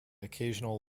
occasional